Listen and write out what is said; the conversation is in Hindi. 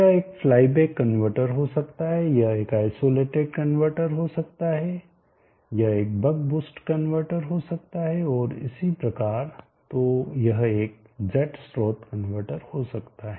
यह एक फ्लाईबैक कनवर्टर हो सकता है यह एक आइसोलेटेड कनवर्टर हो सकता है यह एक बक बूस्ट कनवर्टर हो सकता है और इसी प्रकार तो यह एक Z स्रोत कनवर्टर हो सकता है